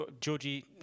Georgie